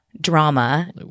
drama